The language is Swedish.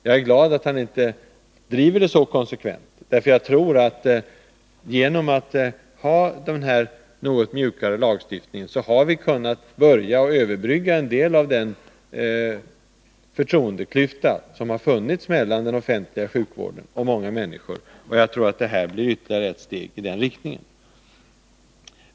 Jag är glad att han inte driver sin argumentering så konsekvent. Jag tror att den här något mjukare lagstiftningen kan överbrygga en del av den förtroendeklyfta som har funnits mellan den offentliga sjukvården och många människor. Jag tror att dagens beslut kan bli ytterligare ett steg i den riktningen.